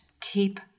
keep